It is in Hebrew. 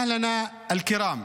(אומר דברים